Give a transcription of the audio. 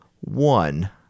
one